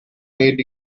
made